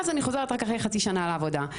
ורק אחרי חצי שנה אני חוזרת לעבודה.